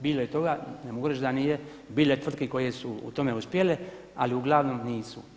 Bilo je i toga, ne mogu reći da nije, bilo je tvrtki koje su u tome uspjele ali uglavnom nisu.